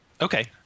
Okay